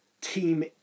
Team